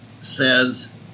says